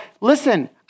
listen